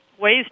ways